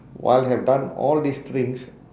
while have done all this things